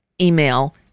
email